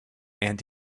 and